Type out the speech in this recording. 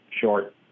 short